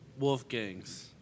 Wolfgangs